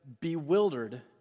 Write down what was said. bewildered